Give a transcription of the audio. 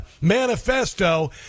manifesto